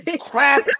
crap